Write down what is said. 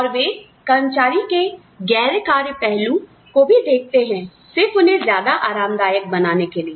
और वे कर्मचारी के गैर कार्य पहलूको भी देखते हैं सिर्फ उन्हें ज्यादा आरामदायक बनाने के लिए